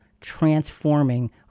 transforming